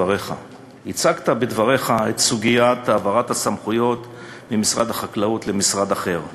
הצגת בדבריך את סוגיית העברת הסמכויות ממשרד החקלאות למשרד אחר.